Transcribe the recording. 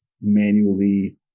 manually